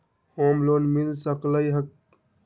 Home loan मिल सकलइ ह?